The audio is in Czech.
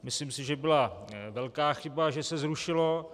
Myslím si, že byla velká chyba, že se zrušilo.